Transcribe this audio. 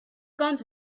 guns